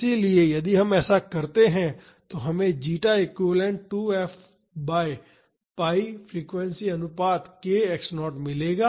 इसलिए यदि हम ऐसा करते हैं तो हमें zeta equivalent 2 F by pi frequency अनुपात k x 0 मिलेगा